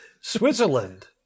Switzerland